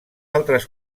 altres